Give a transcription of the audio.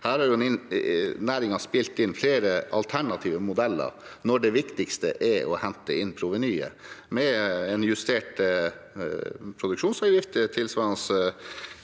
Næringen har spilt inn flere alternative modeller – når det viktigste er å hente inn provenyet – med en justert produksjonsavgift lignende